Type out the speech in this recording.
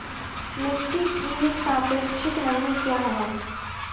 मिटी की सापेक्षिक नमी कया हैं?